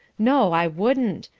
no i wouldn't,